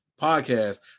podcast